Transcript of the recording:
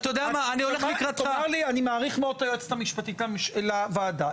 אני מעריך מאוד את היועצת המשפטית של הוועדה,